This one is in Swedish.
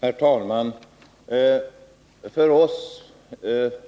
Herr talman! För oss